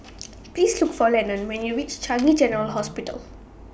Please Look For Lennon when YOU REACH Changi General Hospital